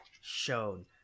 shown